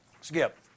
Skip